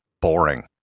boring